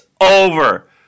over